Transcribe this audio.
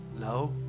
no